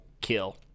kill